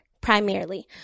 primarily